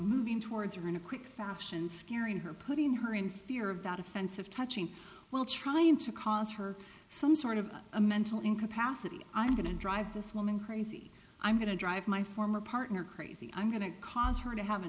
moving towards her in a quick fashion scaring her putting her in fear of that offensive touching well trying to cause her some sort of a mental incapacity i'm going to drive this woman crazy i'm going to drive my former partner crazy i'm going to cause her to have a